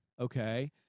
Okay